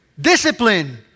discipline